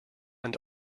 and